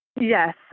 Yes